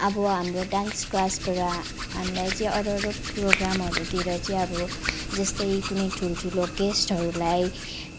अब हाम्रो डान्स क्लासबाट हामीलाई चाहिँ अरू अरू प्रेग्रामहरूतिर चाहिँ अब जस्तै कुनै ठुल ठुलो गेस्टहरूलाई